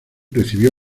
recibió